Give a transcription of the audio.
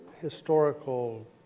historical